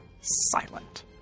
silent